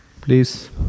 please